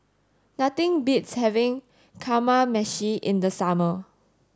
nothing beats having Kamameshi in the summer